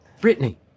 Brittany